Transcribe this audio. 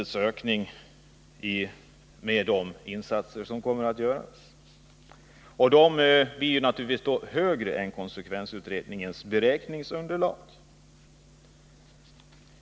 Kostnaderna kommer därigenom naturligtvis att bli högre än vad som framgår av konsekvensutredningens beräkningsunderlag.